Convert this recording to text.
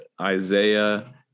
Isaiah